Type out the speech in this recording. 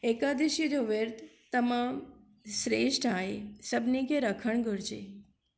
एकादशी जो विर्तु तमामु श्रेष्ठ आहे सभिनी खे रखणु घुरिजे